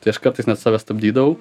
tai aš kartais net save stabdydavau